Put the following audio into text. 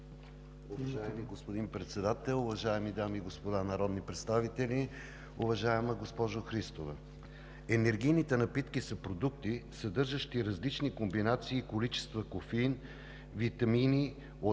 Уважаеми господин Председател, уважаеми дами и господа народни представители! Уважаема госпожо Христова, енергийните напитки са продукти, съдържащи различни комбинации и количества кофеин, витамини от